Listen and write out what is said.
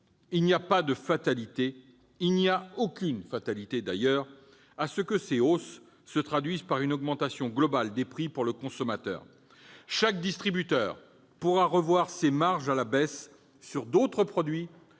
d'affaires. Mais non, il n'y a aucune fatalité à ce que ces hausses se traduisent par une augmentation globale des prix pour le consommateur ! Chaque distributeur pourra revoir ses marges à la baisse sur d'autres produits,